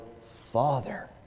father